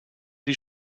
die